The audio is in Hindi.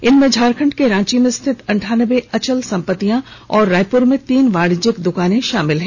इनमें झारखंड के रांची में स्थित अंठानब्बे अचल संपत्तियां और रायपुर में तीन वाणिज्यिक द्वकानें शामिल हैं